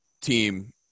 team